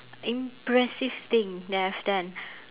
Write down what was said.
impressive thing that I've done